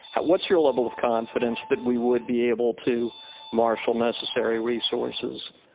what's your level of confidence that we would be able to marshal necessary resources?